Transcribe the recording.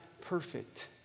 perfect